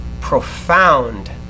profound